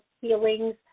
feelings